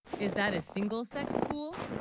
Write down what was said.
is that a single-sex school